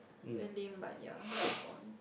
very lame but ya let's move on